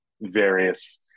various